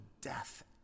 death